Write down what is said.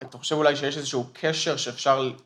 ‫אתה חושב אולי שיש איזשהו קשר ‫שאפשר...